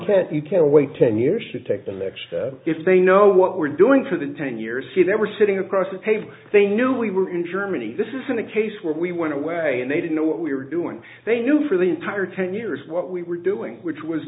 that you can wait ten years to take the next step if they know what we're doing for the ten years he they were sitting across the table they knew we were in germany this isn't a case where we went away and they didn't know what we were doing they knew for the entire ten years what we were doing which was